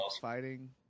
fighting